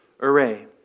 array